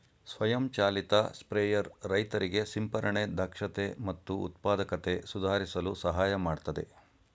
ಸ್ವಯಂ ಚಾಲಿತ ಸ್ಪ್ರೇಯರ್ ರೈತರಿಗೆ ಸಿಂಪರಣೆ ದಕ್ಷತೆ ಮತ್ತು ಉತ್ಪಾದಕತೆ ಸುಧಾರಿಸಲು ಸಹಾಯ ಮಾಡ್ತದೆ